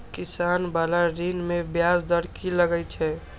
किसान बाला ऋण में ब्याज दर कि लागै छै?